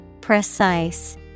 Precise